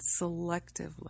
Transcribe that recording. selectively